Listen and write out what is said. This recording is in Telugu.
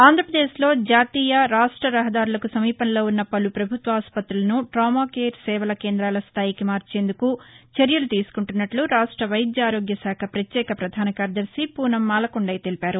ఆంధ్రాపదేశ్లో జాతీయ రాష్ట రహదారులకు సమీపంలో ఉన్న పలు పభుత్వ ఆసుపతులను టామా కేర్ సేవల కేందాల స్థాయిక ి మార్చేందుకు చర్యలు తీసుకుంటున్నట్ల రాష్ట వైద్య ఆరోగ్యశాఖ ప్రత్యేక ప్రధాన కార్యదర్శి పూనం మాలకొండయ్య తెలిపారు